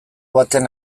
baten